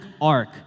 arc